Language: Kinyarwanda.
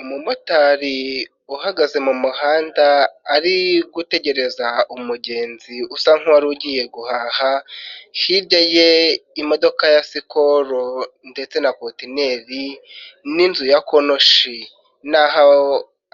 Umumotari uhagaze mu muhanda ari gutegereza umugenzi usa nk'uwari ugiye guhaha, hirya ye imodoka ya sikoro ndetse na contineri n'inzu ya konoshi, n'aho